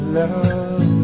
love